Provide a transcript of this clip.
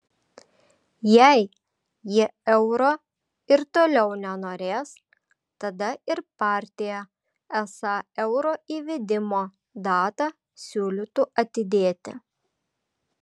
jei jie euro ir toliau nenorės tada ir partija esą euro įvedimo datą siūlytų atidėti